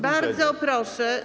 Bardzo proszę.